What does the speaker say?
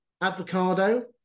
avocado